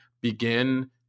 begin